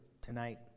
tonight